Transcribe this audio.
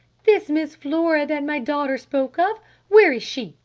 this miss flora that my daughter spoke of where is she?